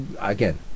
again